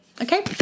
Okay